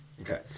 Okay